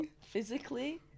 Physically